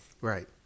Right